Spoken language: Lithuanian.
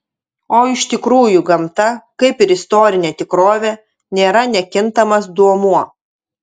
o iš tikrųjų gamta kaip ir istorinė tikrovė nėra nekintamas duomuo